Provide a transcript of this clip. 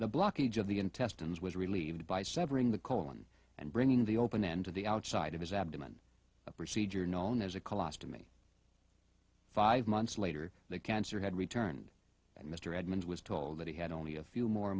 the blockage of the intestines was relieved by severing the colon and bringing the open end to the outside of his abdomen a procedure known as a cost to me five months later the cancer had returned and mr edmunds was told that he had only a few more